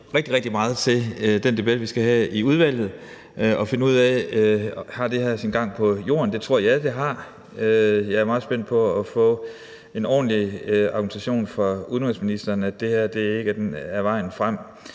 rigtig meget til den debat, vi skal have i udvalget, så vi kan finde ud af, om det her har sin gang på jorden. Og ja, det tror jeg det har; jeg er meget spændt på at få en ordentlig argumentation fra udenrigsministeren for, at det her ikke er vejen frem.